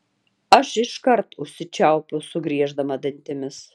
aš iškart užsičiaupiau sugrieždama dantimis